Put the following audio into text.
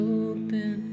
open